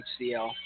HCL